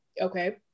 okay